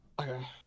Okay